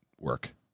work